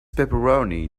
pepperoni